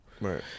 Right